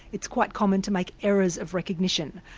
it's quite common to make errors of recognition.